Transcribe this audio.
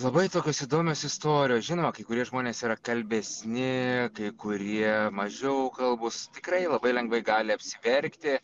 labai tokios įdomios istorijos žinoma kai kurie žmonės yra kalbesni kai kurie mažiau kalbūs tikrai labai lengvai gali apsiverkti